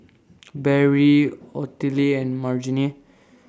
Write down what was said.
Barry Ottilie and Margene